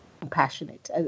compassionate